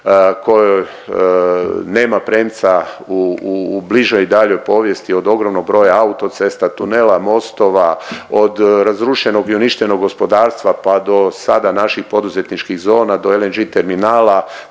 kojoj nema premca u, u, u bližoj i daljoj povijesti, od ogromnog broja autocesta, tunela, mostova, od razrušenog i uništenog gospodarstva pa do sada naših poduzetničkih zona do LNG terminala,